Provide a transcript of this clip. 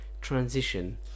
transition